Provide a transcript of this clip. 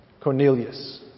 Cornelius